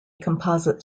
composite